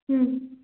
ହୁଁ